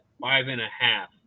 five-and-a-half